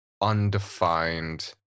undefined